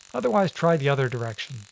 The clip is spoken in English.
otherwise try the other direction.